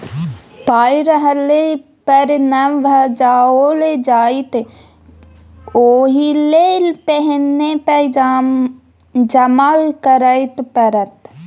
पाय रहले पर न भंजाओल जाएत ओहिलेल पहिने जमा करय पड़त